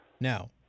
now